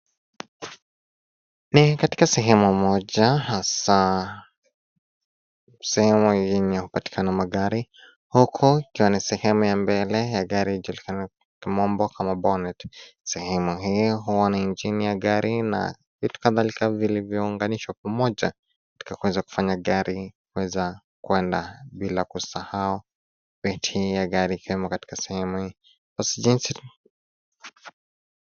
Ni katika sehemu moja hasa sehemu yenye kupatikana magari huku ikiwa ni sehemu ya mbele ya gari ijulikanayo kwa kimombo kama bonet . Sehemu hiyo huwa ni injini ya gari na vitu kadhalika vilivyounganishwa pamoja katika kuweza kufanya gari kuweza kwenda bila kuisahau battery hi ya gari katika sehemu ya jinsi.